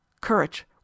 courage